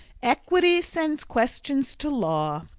equity sends questions to law,